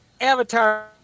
avatar